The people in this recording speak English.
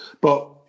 But-